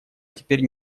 теперь